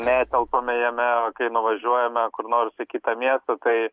netelpame jame o kai nuvažiuojame kur nors į kitą miestą tai